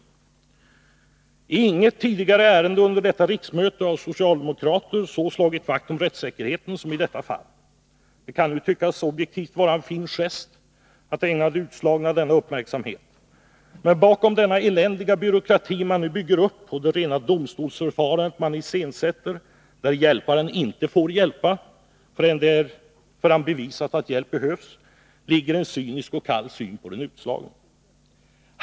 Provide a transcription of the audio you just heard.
I inget tidigare ärende under detta riksmöte har socialdemokrater så slagit vakt om rättssäkerheten som i detta fall. Det kan ju objektivt sett tyckas vara en fin gest att ägna de utslagna denna uppmärksamhet. Men bakom den eländiga demokrati man nu bygger upp och det rena domstolsförfarande man iscensätter, där hjälparen inte får hjälpa förrän han bevisat att hjälp behövs, ligger en cynisk och kall syn på den utslagne.